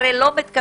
הרי לא ייתכן,